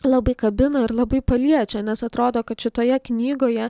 labai kabina ir labai paliečia nes atrodo kad šitoje knygoje